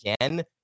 again